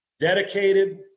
dedicated